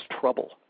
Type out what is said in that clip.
trouble